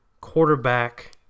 quarterback –